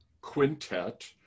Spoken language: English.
quintet